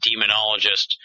demonologist